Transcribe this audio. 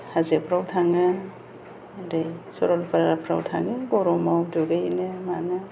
हाजोफोराव थाङो ओरै सरलपाराफोराव थाङो गरमाव दुगैनो मानो